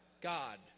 God